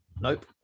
Nope